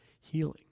healing